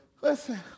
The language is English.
Listen